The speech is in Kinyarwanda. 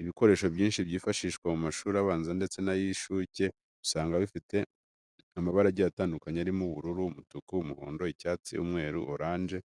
Ibikoresho byinshi byifashishwa mu mashuri abanza ndetse n'ay'inshuke usanga bifite amabara agiye atandukanye arimo ubururu, umutuku, umuhondo, icyatsi, umweru, oranje,